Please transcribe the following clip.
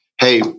hey